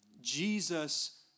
Jesus